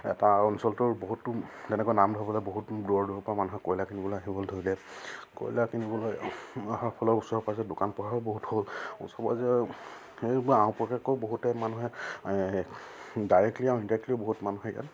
এটা অঞ্চলটোৰ বহুতো তেনেকুৱা নাম ধৰবলৈ বহুতো দূৰৰ দূৰৰপৰা মানুহে কয়লা কিনিবলে আহিবলৈ ধৰিলে কয়লা কিনিবলৈ অহাৰ ফলত ওচৰে পাঁজৰে দোকান পোহাৰো বহুত হ'ল ওচৰে পাঁজৰে সেইবোৰ আওপকীয়াকৈও বহুতে মানুহে ডাইৰেক্টলি আৰু ইণ্ডাৰেক্টলিও বহুত মানুহে ইয়াত